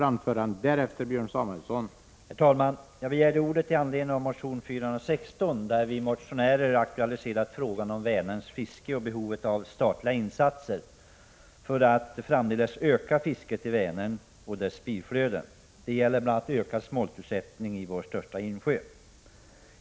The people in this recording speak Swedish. Herr talman! Jag begärde ordet i anledning av motion 416 där vi motionärer aktualiserar frågan om Vänerns fiske och behovet av statliga insatser för att framdeles öka fisket i Vänern och dess biflöden. Det gäller 109 bl.a. ökad smoltutsättning i vår största insjö.